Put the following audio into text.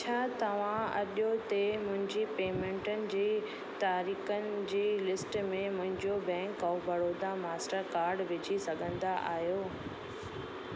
छा तव्हां अॼो ते मुंहिंजी पेमेंटनि जी तरीक़नि जी लिस्ट में मुंहिंजो bank of Baroda Mastercard विझी सघंदा आहियो